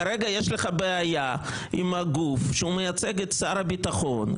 כרגע יש לך בעיה עם הגוף שמייצג את שר הביטחון,